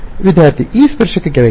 ವಿದ್ಯಾರ್ಥಿ E ಸ್ಪರ್ಶಕ ಕೆಳಗೆ